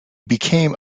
became